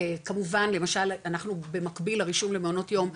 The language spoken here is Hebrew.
כמובן למשל אנחנו במקביל הרישום למעונות יום,